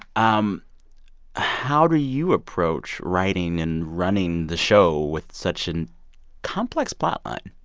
um how do you approach writing and running the show with such and complex plotline?